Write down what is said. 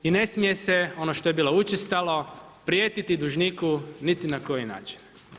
I ne smije se ono što je bilo učestalo prijetiti dužniku niti na koji način.